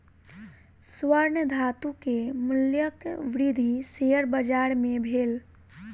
स्वर्ण धातु के मूल्यक वृद्धि शेयर बाजार मे भेल